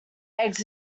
eggs